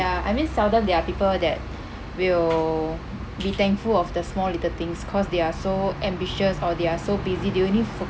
ya I mean seldom there are people that will be thankful of the small little things cause they are so ambitious or they are so busy they only